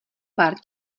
pár